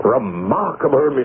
Remarkable